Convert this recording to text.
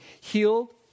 healed